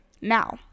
Now